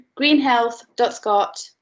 greenhealth.scot